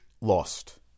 lost